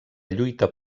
lluita